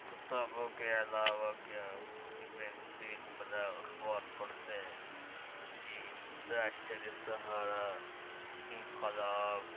کتابوں کے علاوہ کیا آپ کوئی میگزین یا اخبار پڑھتے ہیں جی راشٹریہ سہارا انقلاب